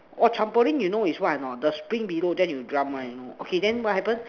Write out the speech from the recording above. orh trampoline you know is what or not the spring below then you jump one okay then what happen